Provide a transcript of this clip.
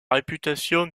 réputation